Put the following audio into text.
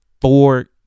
four